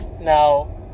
Now